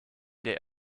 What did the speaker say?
der